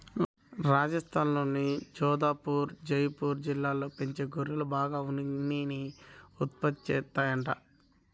రాజస్థాన్లోని జోధపుర్, జైపూర్ జిల్లాల్లో పెంచే గొర్రెలు బాగా ఉన్నిని ఉత్పత్తి చేత్తాయంట